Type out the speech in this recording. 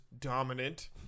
dominant